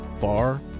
far